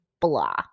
blah